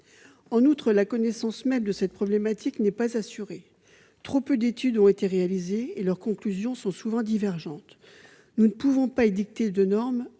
En outre, la connaissance même de cette problématique n'est pas assurée. Trop peu d'études ont été réalisées ; leurs conclusions sont souvent divergentes. Nous ne pouvons pas édicter de normes